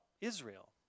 Israel